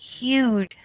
huge